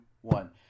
one